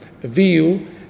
view